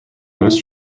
most